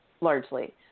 largely